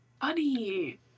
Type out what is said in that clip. funny